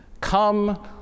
Come